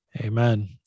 Amen